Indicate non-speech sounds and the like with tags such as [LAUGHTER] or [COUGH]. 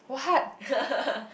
[LAUGHS]